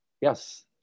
yes